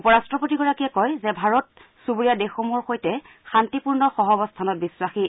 উপ ৰাট্টপতিগৰাকীয়ে কয় যে ভাৰত চুবুৰীয়া দেশসমূহৰ সৈতে শান্তিপূৰ্ণ সহাৰস্থানত বিখাসী